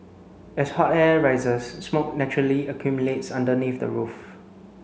as hot air rises smoke naturally accumulates underneath the roof